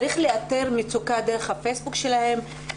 צריך לאתר מצוקה דרך הפייסבוק שלהן,